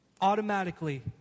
automatically